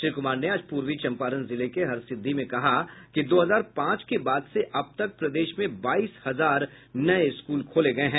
श्री कुमार ने आज पूर्वी चम्पारण जिले के हरसिद्धि में कहा कि दो हजार पांच के बाद से अब तक प्रदेश में बाईस हजार नये स्कूल खोले गये हैं